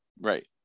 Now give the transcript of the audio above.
right